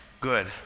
Good